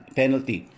penalty